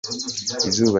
izuba